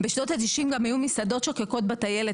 בשנות ה-90 גם היו מסעדות שוקקות בטיילת.